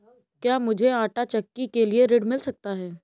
क्या मूझे आंटा चक्की के लिए ऋण मिल सकता है?